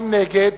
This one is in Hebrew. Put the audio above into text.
22, נגד,